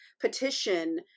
petition